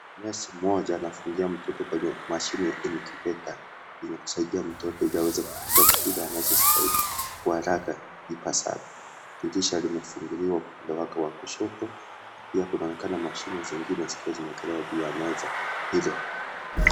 Nesi mmoja anafungia mtoto kwenye mashine ya incubator ,inamsaidia mtoto ili aweze kufika kilo anazostahili kwa haraka ipasavyo. Dirisha limefunguliwa upande wake wa kushoto, pia panaonekana mashini zingine zikiwa zimeekelewa juu ya meza hilo.